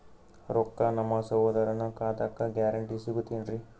ರೊಕ್ಕ ನಮ್ಮಸಹೋದರನ ಖಾತಕ್ಕ ಗ್ಯಾರಂಟಿ ಹೊಗುತೇನ್ರಿ?